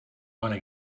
wanna